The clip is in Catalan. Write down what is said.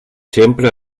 sempre